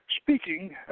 speaking